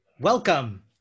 Welcome